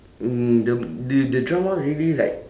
mm the the the drama maybe like